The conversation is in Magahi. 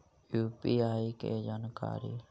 यु.पी.आई के जानकारी?